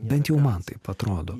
bent jau man taip atrodo